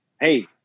hey